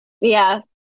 Yes